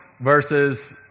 versus